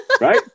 Right